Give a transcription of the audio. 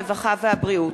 הרווחה והבריאות,